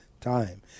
time